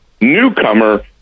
newcomer